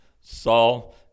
Saul